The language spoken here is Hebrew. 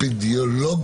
אפידמיולוג